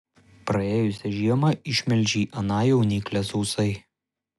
praėjusią žiemą išmelžei aną jauniklę sausai